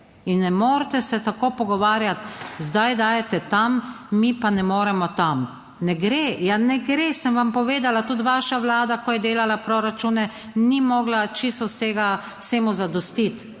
In ne morete se tako pogovarjati, zdaj dajete tam, mi pa ne moremo tam. Ne gre. Ja, ne gre, sem vam povedala. Tudi vaša Vlada, ko je delala proračune, ni mogla čisto vsega vsemu zadostiti,